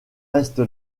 reste